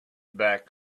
back